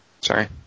Sorry